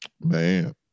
Man